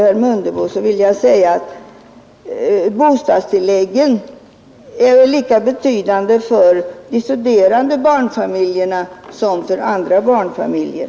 Slutligen vill jag till herr Mundebo säga att bostadstilläggen är väl lika betydelsefulla för de studerande barnfamiljerna som för andra barnfamiljer.